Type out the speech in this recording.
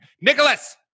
Nicholas